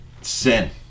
sin